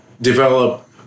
develop